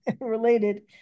related